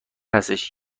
هستش